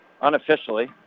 Unofficially